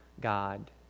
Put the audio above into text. God